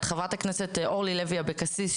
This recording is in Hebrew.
את חברת הכנסת אורלי לוי אבקסיס,